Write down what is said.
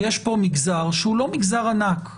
יש פה מגזר שהוא לא מגזר ענק,